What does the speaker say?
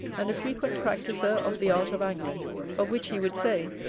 and a frequent practiser of the art of angling of which he would say,